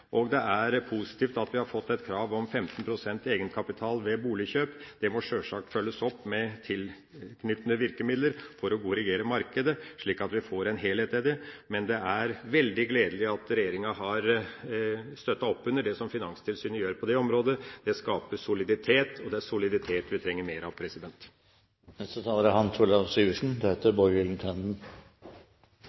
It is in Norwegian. og det er positivt at vi har fått et krav om 15 pst. egenkapital ved boligkjøp. Det må sjølsagt følges opp med tilknyttede virkemidler for å korrigere markedet, slik at vi får en helhet i det. Men det er veldig gledelig at regjeringa har støttet opp under det som Finanstilsynet gjør på det området. Det skaper soliditet, og det er soliditet vi trenger mer av. Det er